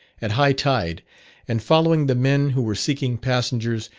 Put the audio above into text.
at high tide and following the men who were seeking passengers,